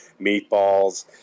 meatballs